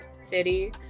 city